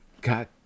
Got